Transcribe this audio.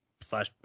slash